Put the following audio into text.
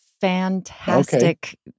fantastic